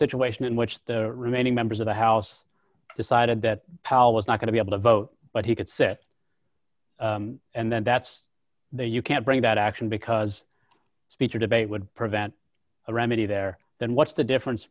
situation in which the remaining members of the house decided that powell was not going to be able to vote but he could set and then that's the you can't bring that action because speech or debate would prevent a remedy there then what's the difference